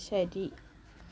ശരി